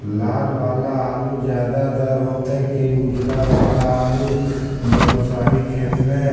लाल वाला आलू ज्यादा दर होतै कि उजला वाला आलू बालुसाही खेत में?